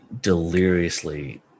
deliriously